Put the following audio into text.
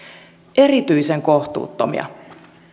erityisen kohtuuttomia